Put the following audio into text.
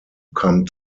come